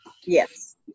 Yes